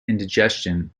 indigestion